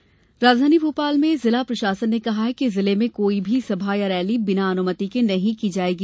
rally ban राजधानी भोपाल में जिला प्रशासन ने कहा है कि जिले में कोई भी सभा या रैली बिना अनुमति के नहीं की जायेगी